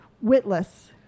Witless